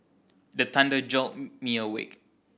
the thunder jolt me awake